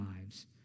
lives